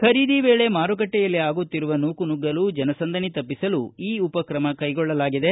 ಖರೀದಿ ವೇಳೆ ಮಾರುಕಟ್ಟೆಯಲ್ಲಿ ಆಗುತ್ತಿರುವ ನೂಕುನುಗ್ಗಲು ಜನಸಂದಣಿ ತಪ್ಪಿಸಲು ಈ ಉಪಕ್ರಮ ಕೈಗೊಳ್ಳಲಾಗಿದೆ